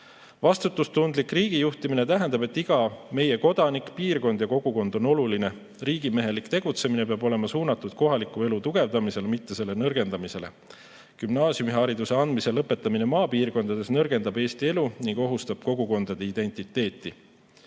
Vastutustundlik riigijuhtimine tähendab, et iga meie kodanik, piirkond ja kogukond on oluline. Riigimehelik tegutsemine peab olema suunatud kohaliku elu tugevdamisele, mitte selle nõrgendamisele. Gümnaasiumihariduse andmise lõpetamine maapiirkondades nõrgendab Eesti elu ning ohustab kogukondade identiteeti.